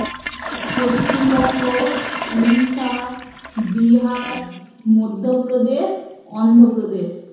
Paschimbanga Orissa Bihar Madhya Pradesh Andhra Pradesh